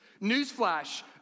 Newsflash